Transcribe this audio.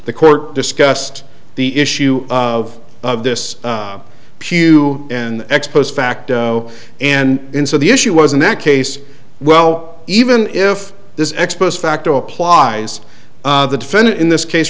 the court discussed the issue of of this pew and ex post facto and so the issue was in that case well even if this ex post facto applies the defendant in this case